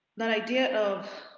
and idea of,